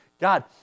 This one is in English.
God